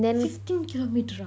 fifteen kilometre